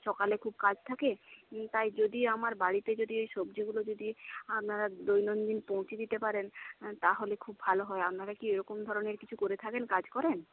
সকালে খুব কাজ থাকে তাই যদি আমার বাড়িতে যদি ওই সবজিগুলো যদি আপনারা দৈনন্দিন পৌঁছে দিতে পারেন তাহলে খুব ভালো হয় আপনারা কী এরকম ধরনের কিছু করে থাকেন কাজ করেন